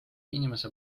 inimese